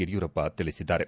ಯಡಿಯೂರಪ್ಪ ತಿಳಿಸಿದ್ದಾರೆ